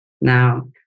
Now